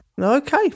Okay